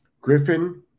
Griffin